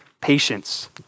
patience